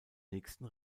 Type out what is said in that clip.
nächsten